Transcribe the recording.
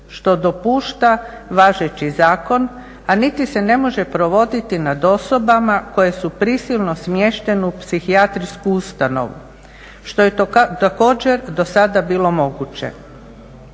što dopušta važeći zakon a niti se ne može provoditi nad osobama koje su prisilno smještene u psihijatrijsku ustanovu što je također do sada bilo moguće.